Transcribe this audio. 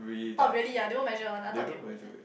orh really ah they won't measure one I thought they would eh